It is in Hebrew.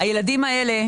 הילדים האלה,